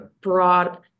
broad